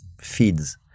feeds